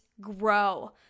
grow